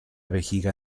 vejiga